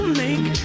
make